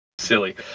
silly